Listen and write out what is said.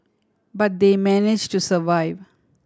but they manage to survive